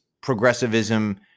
progressivism